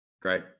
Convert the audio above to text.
great